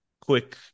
quick